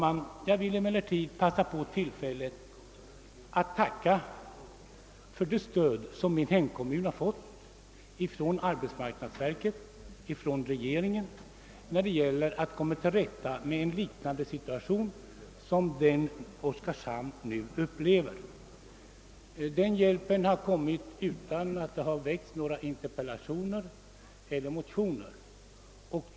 Däremot vill jag ta tillfället i akt att här tacka för det stöd som min hemkommun fått av arbetsmarknadsverket och regeringen i strävandena att komma till rätta med en situation liknande den som Oskarshamn nu upplever. Vi har fått den hjälpen utan att det framställts några interpellationer eller väckts några motioner.